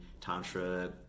tantra